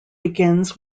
begins